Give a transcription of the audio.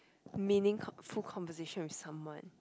meaningful conversation with someone